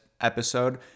episode